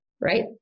right